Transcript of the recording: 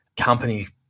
companies